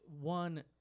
one